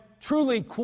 truly